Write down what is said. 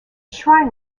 shrine